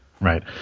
Right